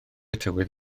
tywydd